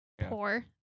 poor